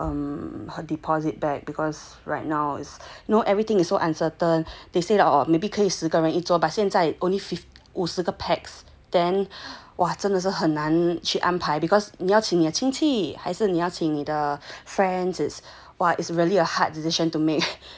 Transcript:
but I sure hope she will get her um her deposit back because right now is know everything is so uncertain they said oh maybe 可以十个人一桌现在 only 五十个 pax then !wah! 真的是很难去安排 because 你邀请亲戚还是你要请你的 friends !wah! is really a hard decision to make